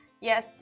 Yes